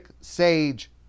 sage